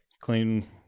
Clean